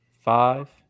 Five